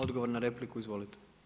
Odgovor na repliku, izvolite.